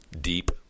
deep